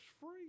free